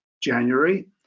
January